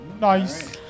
Nice